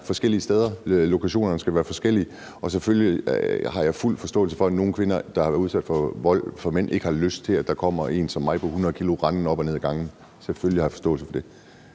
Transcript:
være forskellige steder, lokationerne skal være forskellige, og selvfølgelig har jeg fuld forståelse for, at nogle kvinder, der har været udsat for vold fra mænd, ikke har lyst til, at der kommer en som mig på 100 kg rendende op og ned ad gangene. Selvfølgelig har jeg forståelse for det.